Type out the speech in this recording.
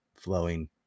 flowing